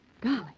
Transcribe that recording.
Golly